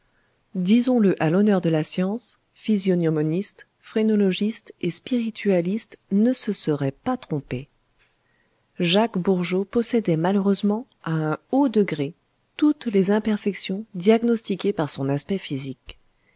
disons-le à l'honneur de la science physiognomoniste phrénologiste et spiritualiste ne se seraient pas trompés jacques bourgeot possédait malheureusement à un haut degré toutes les imperfections diagnostiquées par son aspect physique